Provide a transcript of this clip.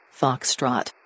Foxtrot